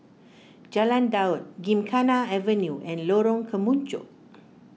Jalan Daud Gymkhana Avenue and Lorong Kemunchup